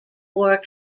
war